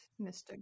Mr